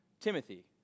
Timothy